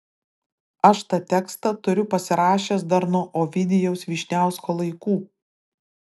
aš tą tekstą turiu pasirašęs dar nuo ovidijaus vyšniausko laikų